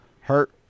hurt